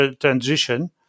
transition